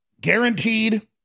guaranteed